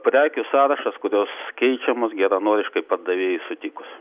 prekių sąrašas kurios keičiamos geranoriškai pardavėjui sutikus